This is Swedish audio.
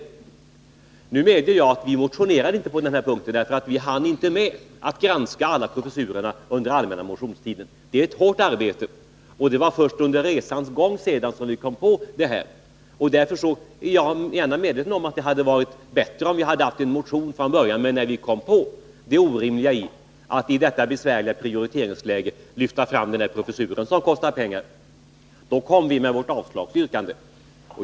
Jag medger att vi inte motionerade på denna punkt, därför att vi inte hann granska alla professurer under den allmänna motionstiden. Det är ett hårt arbete, och det var först senare under resans gång som vi kom på detta. Jag är medveten om att det hade varit bättre om vi haft en motion från början. Men när vi Kom på det orimliga i att i detta besvärliga prioriteringsläge lyfta fram denna professur, kom vi med vårt avslagsyrkande.